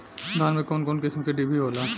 धान में कउन कउन किस्म के डिभी होला?